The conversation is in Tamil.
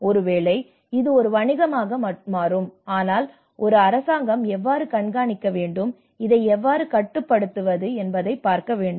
ஒருவேளை இது ஒரு வணிகமாக மாறும் ஆனால் ஒரு அரசாங்கம் எவ்வாறு கண்காணிக்க வேண்டும் இதை எவ்வாறு கட்டுப்படுத்துவது என்பதைப் பார்க்க வேண்டும்